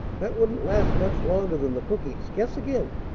that wouldn't last much longer than the cookies. guess again.